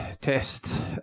test